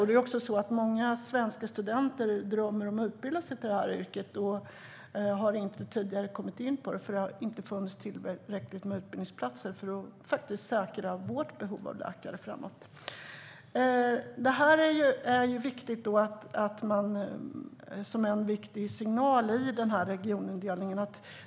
Det är också så att många svenska studenter drömmer om att utbilda sig till det här yrket. De har tidigare inte kommit in på det eftersom det inte har funnits tillräckligt med utbildningsplatser för att säkra vårt behov av läkare framöver. Det här är en viktig signal i regionindelningen.